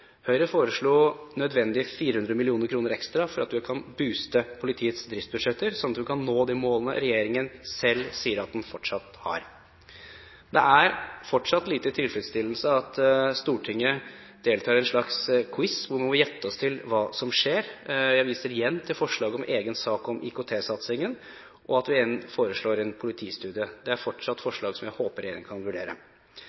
Høyre foreslo nødvendige 400 mill. kr ekstra for at vi skal kunne «booste» politiets driftsbudsjetter, slik at vi kan nå de målene regjeringen selv sier at den fortsatt har. Det er fortsatt lite tilfredsstillende at Stortinget deltar i en slags quiz, hvor vi må gjette oss til hva som skjer. Jeg viser igjen til forslaget om egen sak om IKT-satsingen, og at vi igjen foreslår en politistudie. Det er fortsatt